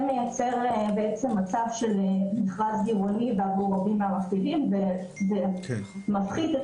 מייצר מצב של מכרז גירעוני בעבור רבים מהמפעילים ומפחית את